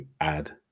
add